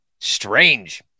Strange